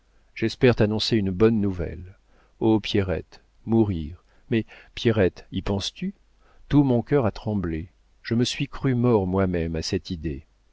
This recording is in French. j'espère t'annoncer une bonne nouvelle oh pierrette mourir mais pierrette y penses-tu tout mon cœur a tremblé je me suis cru mort moi-même à cette idée